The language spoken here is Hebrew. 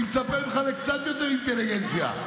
אני מצפה ממך לקצת יותר אינטליגנציה.